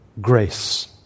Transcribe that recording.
grace